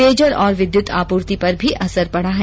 पेयजल और विद्युत आपूर्ति पर भी असर पड़ा है